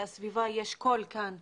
לסביבה יש כאן קול,